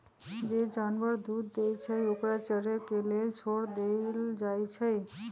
जे जानवर दूध देई छई ओकरा चरे के लेल छोर देल जाई छई